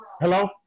Hello